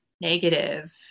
negative